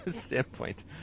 standpoint